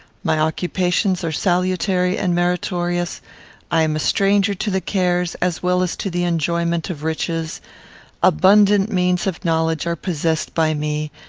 my occupations are salutary and meritorious i am a stranger to the cares as well as to the enjoyment of riches abundant means of knowledge are possessed by me,